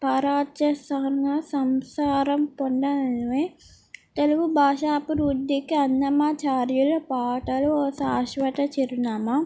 పరిచేశన సారం పొందడమే తెలుగు భాషాభివృద్ధికి అన్నమాచార్యులు పాటలు ఒక శాశ్వత చిరునామా